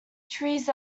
trees